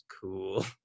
cool